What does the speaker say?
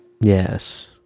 Yes